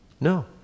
No